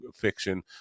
fiction